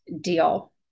deal